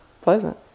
pleasant